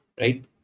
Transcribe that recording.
right